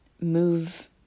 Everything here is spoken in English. move